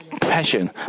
passion